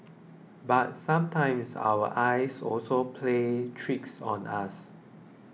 but sometimes our eyes also plays tricks on us